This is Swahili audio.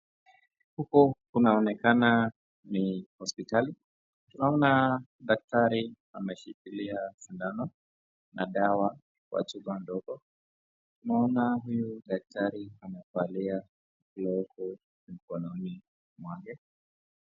Huku kunaonekana ni hospitali, tunaona daktari ameshikilia sindano na dawa kwa chupa ndogo tunaona huyu daktari amevalia glavu mikononi mwake.